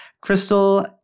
Crystal